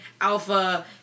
alpha